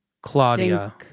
claudia